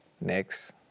Next